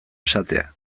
esatea